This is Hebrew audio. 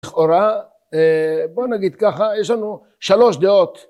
לכאורה בוא נגיד ככה יש לנו שלוש דעות